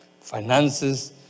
finances